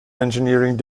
engineering